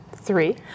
Three